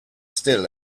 still